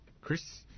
Chris